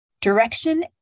direction